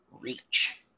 reach